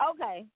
Okay